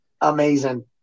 amazing